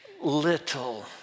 little